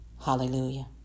Hallelujah